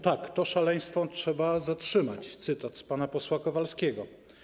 Tak, to szaleństwo trzeba zatrzymać - to cytat z pana posła Kowalskiego.